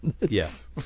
Yes